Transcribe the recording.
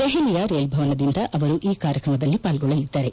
ದೆಹಲಿಯ ರೇಲ್ ಭವನದಿಂದ ಅವರು ಈ ಕಾರ್ಯಕ್ರಮದಲ್ಲಿ ಪಾಲ್ಗೊಳ್ಳಲಿದ್ದಾರೆ